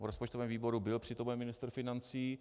V rozpočtovém výboru byl přítomen ministr financí.